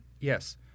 Yes